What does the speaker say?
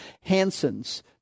Hansen's